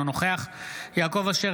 אינו נוכח יעקב אשר,